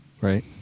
Right